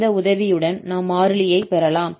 இந்த உதவியுடன் நாம் மாறிலியைப் பெறலாம்